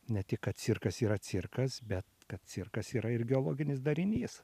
ne tik kad cirkas yra cirkas bet kad cirkas yra ir geologinis darinys